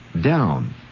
down